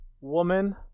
woman